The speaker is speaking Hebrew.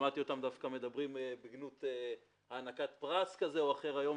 שמעתי אותם דווקא מדברים בגנות הענקת פרס כזה או אחר היום,